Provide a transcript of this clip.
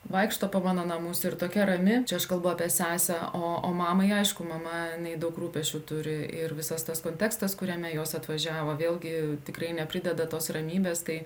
vaikšto po mano namus ir tokia rami čia aš kalbu apie sesę o o mamai aišku mama jinai daug rūpesčių turi ir visas tas kontekstas kuriame jos atvažiavo vėlgi tikrai neprideda tos ramybės tai